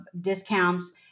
discounts